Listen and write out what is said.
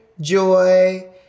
joy